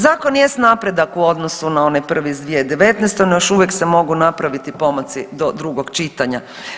Zakon jest napredak u odnosu na onaj prvi iz 2019. no još uvijek se mogu napraviti pomaci do drugog čitanja.